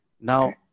Now